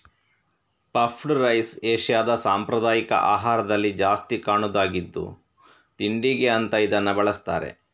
puffed rice ಏಷ್ಯಾದ ಸಾಂಪ್ರದಾಯಿಕ ಆಹಾರದಲ್ಲಿ ಜಾಸ್ತಿ ಕಾಣುದಾಗಿದ್ದು ತಿಂಡಿಗೆ ಅಂತ ಇದನ್ನ ಬಳಸ್ತಾರೆ